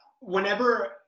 whenever